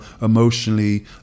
emotionally